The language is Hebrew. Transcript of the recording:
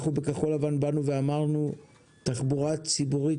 אנחנו בכחול-לבן באנו ואמרנו תחבורה ציבורית